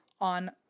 on